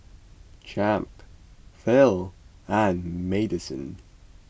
Champ Phil and Madisen